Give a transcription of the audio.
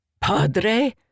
Padre